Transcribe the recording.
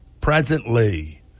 presently